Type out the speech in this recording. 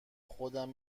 خودم